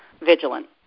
vigilant